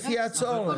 לפי הצורך.